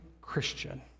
Christian